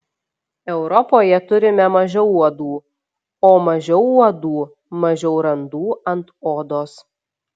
europoje turime mažiau uodų o mažiau uodų mažiau randų ant odos